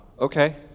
okay